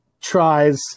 tries